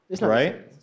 Right